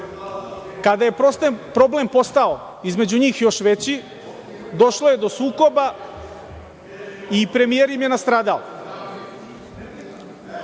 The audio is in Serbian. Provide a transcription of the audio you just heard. je problem postao između njih još veći došlo je do sukoba i premijer im je nastradao.(Balša